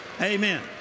Amen